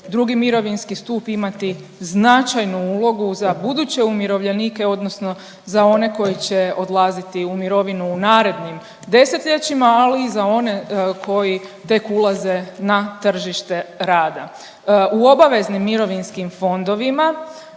II. mirovinski stup imati značajnu ulogu za buduće umirovljenike odnosno za one koji će odlaziti u mirovinu u narednim 10-ljećima, ali i za one koji tek ulaze na tržište rade. U obaveznim mirovinskim fondovima